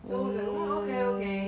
so was like oo okay okay